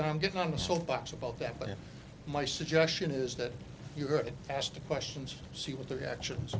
i'm getting on the soapbox about that but my suggestion is that you're asking questions see what the reactions